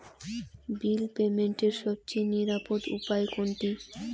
বিল পেমেন্টের সবচেয়ে নিরাপদ উপায় কোনটি?